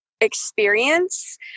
experience